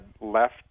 left